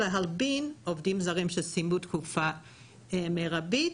"להלבין" עובדים זרים שסיימו תקופה מרבית.